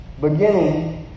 beginning